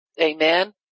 Amen